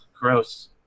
gross